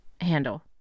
handle